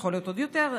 יכול להיות עוד יותר,